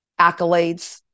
accolades